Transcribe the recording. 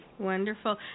Wonderful